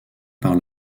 par